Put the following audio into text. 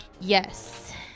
Yes